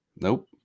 Nope